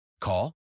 Call